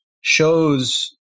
shows